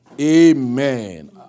Amen